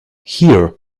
here